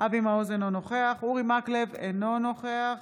אבי מעוז, אינו נוכח אורי מקלב, אינו נוכח